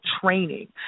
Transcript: training